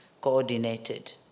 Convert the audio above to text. coordinated